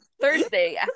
Thursday